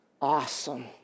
Awesome